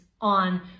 on